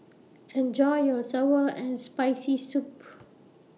Enjoy your Sour and Spicy Soup